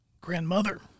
Grandmother